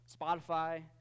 Spotify